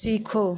सीखो